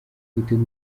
gutega